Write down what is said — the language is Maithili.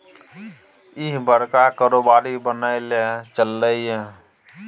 इह बड़का कारोबारी बनय लए चललै ये